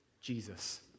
Jesus